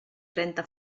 trenta